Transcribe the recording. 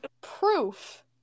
proof